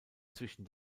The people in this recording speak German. zwischen